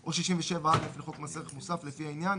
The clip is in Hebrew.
או 67א לחוק מס ערך מוסף, לפי העניין,